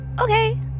Okay